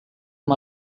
amb